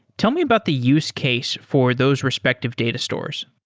tell me about the use case for those respective data stores.